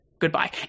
Goodbye